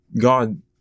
God